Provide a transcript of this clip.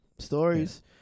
stories